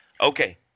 Okay